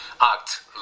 act